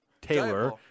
Taylor